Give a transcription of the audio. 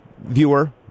viewer